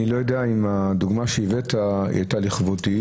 אני לא יודע אם הדוגמה שהבאת הייתה לכבודי